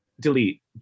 Delete